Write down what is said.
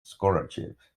scholarship